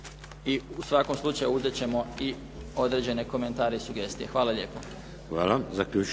i u svakom slučaju uzet ćemo i određene komentare i sugestije. Hvala lijepo.